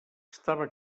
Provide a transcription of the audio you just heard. estava